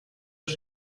els